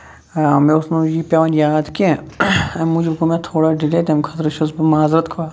مےٚ اوس نہٕ یہِ پیوان یاد کیٚنہہ اَمہِ موٗجوٗب گوٚو مےٚ تھوڑا ڈِلے تَمہِ خٲطرٕ چھُس بہٕ مازرتھ خواہ